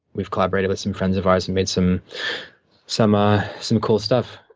we've collaborated with some friends of ours and made some some ah some cool stuff.